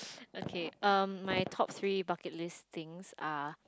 okay um my top three bucket list things are